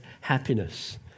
happiness